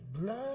blood